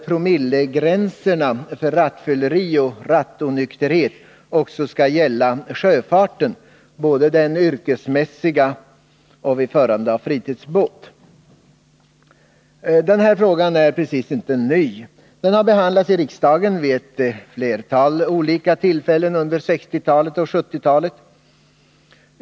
promillegränserna för rattfylleri och rattonykterhet också skall gälla sjöfarten — både när det gäller den yrkesmässiga sjöfarten och när det gäller förande av fritidsbåt. Den här frågan är inte precis ny. Den har behandlats i riksdagen vid ett flertal olika tillfällen under 1960 och 1970-talen.